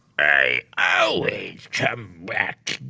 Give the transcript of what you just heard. i i always come back